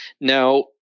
Now